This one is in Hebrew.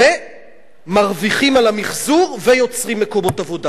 ומרוויחים על המיחזור ויוצרים מקומות עבודה.